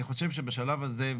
אני חושב שבשלב הזה,